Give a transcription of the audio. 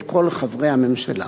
את כל חברי הממשלה.